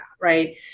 right